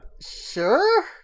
sure